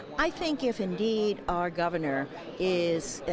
i think if indeed our governor is